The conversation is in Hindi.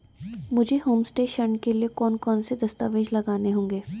मुझे होमस्टे ऋण के लिए कौन कौनसे दस्तावेज़ लगाने होंगे?